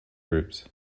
groups